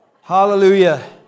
Hallelujah